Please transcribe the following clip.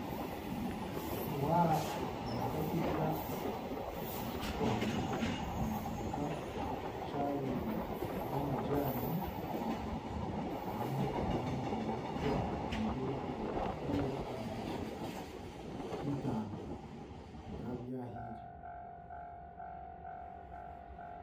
Waanoyenda kurya ekintu kikwanguha, nooteeka chai w'amagyani hamwe n'amahuri ahakuba nibyo bikuhiira omu ndakiika nk'eitaano. Bikaba byahiire.